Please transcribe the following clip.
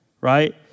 Right